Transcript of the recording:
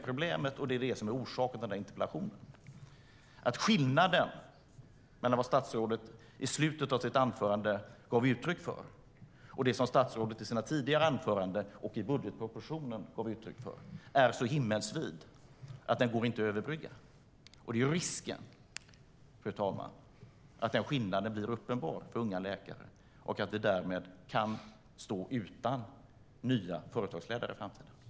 Problemet och orsaken till min interpellation är att skillnaden mellan det som statsrådet gav uttryck för i slutet av sitt senaste anförande och det som statsrådet i sina tidigare anföranden och i budgetpropositionen gett uttryck för är så himmelsvid att den inte går att överbrygga. Risken är att denna skillnad blir uppenbar för unga läkare och att vi därmed kan stå utan nya företagsläkare i framtiden.